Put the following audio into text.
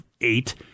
eight